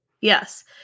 Yes